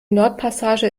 nordpassage